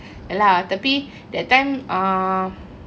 ya lah tapi that time uh